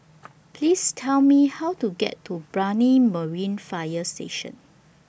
Please Tell Me How to get to Brani Marine Fire Station